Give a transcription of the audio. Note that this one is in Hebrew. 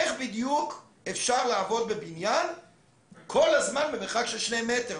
איך בדיוק אפשר לעבוד בבניין כל הזמן במרחק של שני מטר?